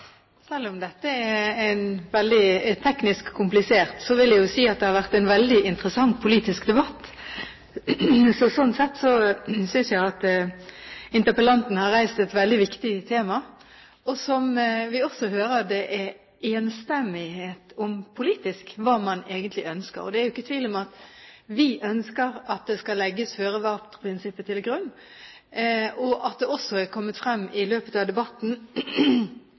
Selv om dette er teknisk komplisert, vil jeg si at det har vært en veldig interessant politisk debatt. Sånn sett synes jeg interpellanten har reist et veldig viktig tema, og som vi også hører, er det enstemmighet om hva man politisk egentlig ønsker. Det er jo ikke tvil om at vi ønsker at føre-var-prinsippet skal legges til grunn. Det har også i løpet av debatten